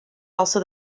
also